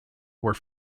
were